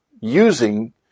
using